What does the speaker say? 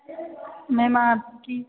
ma'am आपकी